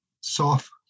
soft